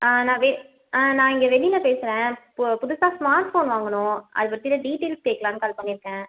ஆ நான் வெ ஆ நான் இங்கே வெண்ணிலா பேசுகிறேன் இப்போது புதுசாக ஸ்மார்ட் ஃபோன் வாங்கணும் அது பற்றின டீட்டெயில்ஸ் கேட்கலான்னு கால் பண்ணியிருக்கேன்